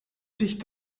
sich